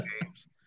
games